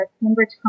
Cambridge